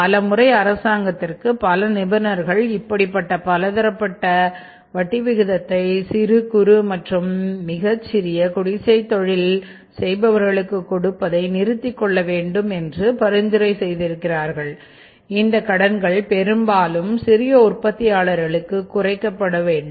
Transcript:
பலமுறை அரசாங்கத்திற்கு பல நிபுணர்கள் இப்படிப்பட்ட பலதரப்பட்ட வட்டி விகிதத்தை சிறு குறு மற்றும் மிகச் சிறிய குடிசை தொழில் செய்பவர்களுக்கு கொடுப்பதை நிறுத்திக் கொள்ள வேண்டும் என்று பரிந்துரை செய்திருக்கிறார்கள் இந்தக் கடன்கள் பெரும்பாலும் சிறிய உற்பத்தியாளர்களுக்கு குறைக்கப்பட வேண்டும்